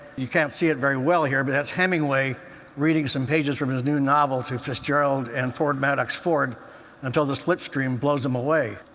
you can't see it very well here, but that's hemingway reading some pages from his new novel to fitzgerald and ford madox ford until the slipstream blows him away.